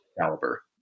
caliber